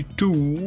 two